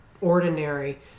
ordinary